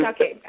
Okay